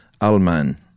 Alman